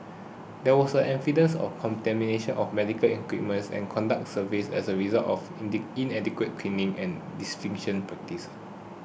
there was evidence of contamination of medical equipment and contact surfaces as a result of inadequate cleaning and disinfection practice